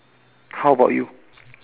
how about you